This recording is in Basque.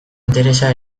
interesa